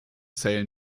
zählen